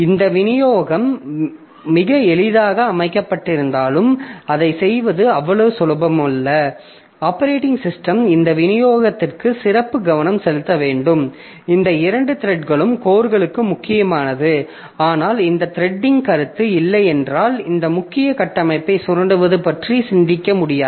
இந்த விநியோகம் மிக எளிதாக அமைக்கப்பட்டிருந்தாலும் அதைச் செய்வது அவ்வளவு சுலபமல்ல ஆப்பரேட்டிங் சிஸ்டம் இந்த விநியோகத்திற்கு சிறப்பு கவனம் செலுத்த வேண்டும் இந்த இரண்டு த்ரெட்களும் கோர்களுக்கு முக்கியமானது ஆனால் இந்த த்ரெடிங் கருத்து இல்லை என்றால் இந்த முக்கிய கட்டமைப்பை சுரண்டுவது பற்றி சிந்திக்க முடியாது